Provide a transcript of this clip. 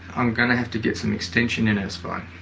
i'm gonna have to get some extension in her spine.